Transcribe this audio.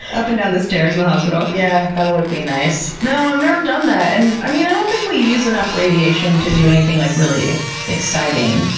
up and down the stairs in the hospital. yeah, that would be nice. no, i've never done that. and i mean i don't think we use enough radiation to do anything like really exciting.